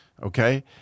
okay